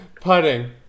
Putting